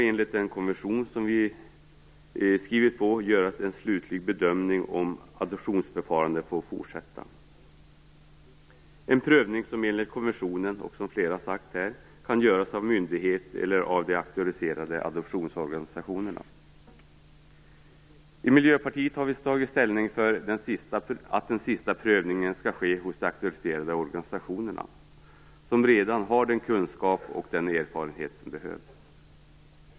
Enligt den konvention som vi skrivit på skall det då göras en slutlig bedömning av om adoptionsförfarandet får fortsätta. Det är en prövning som enligt konventionen kan göras av en myndighet eller av de auktoriserade adoptionsorganisationerna. Vi i Miljöpartiet har tagit ställning för att den sista prövningen skall ske hos de auktoriserade organisationerna som redan har den kunskap och den erfarenhet som behövs.